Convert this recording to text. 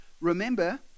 Remember